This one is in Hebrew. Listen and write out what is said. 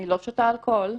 אני לא שותה אלכוהול,